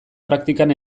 praktikan